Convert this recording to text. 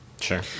Sure